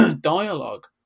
dialogue